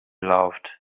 loved